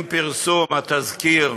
עם פרסום תזכיר